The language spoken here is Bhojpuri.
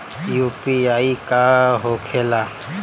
यू.पी.आई का होखेला?